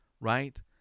right